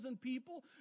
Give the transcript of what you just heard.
people